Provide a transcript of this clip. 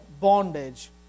bondage